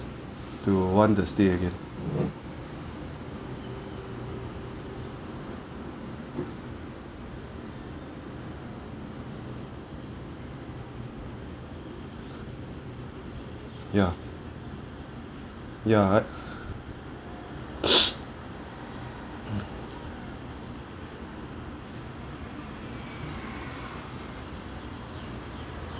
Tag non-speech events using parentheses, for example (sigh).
to want to stay again ya ya I (breath)